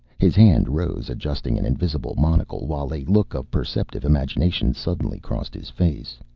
his hand rose, adjusting an invisible monocle, while a look of perceptive imagination suddenly crossed his face.